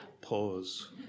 pause